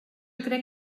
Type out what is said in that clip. crec